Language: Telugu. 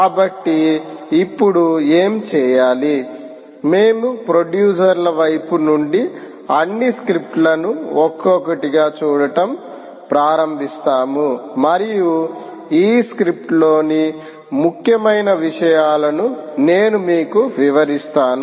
కాబట్టి ఇప్పుడు ఏమి చేయాలి మేము ప్రొడ్యూసర్ ల వైపు నుండి అన్ని స్క్రిప్ట్లను ఒక్కొక్కటిగా చూడటం ప్రారంభిస్తాము మరియు ఈ స్క్రిప్ట్లోని ముఖ్యమైన విషయాలను నేను మీకు వివరిస్తాను